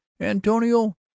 antonio